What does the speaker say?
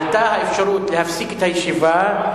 עלתה האפשרות להפסיק את הישיבה,